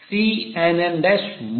Cnn